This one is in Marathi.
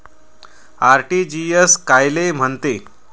आर.टी.जी.एस कायले म्हनते?